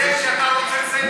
זה שאתה רוצה לסיים,